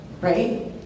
Right